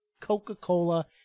Coca-Cola